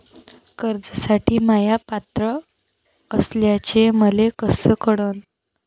कर्जसाठी म्या पात्र असल्याचे मले कस कळन?